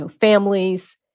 families